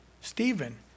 Stephen